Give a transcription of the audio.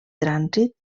trànsit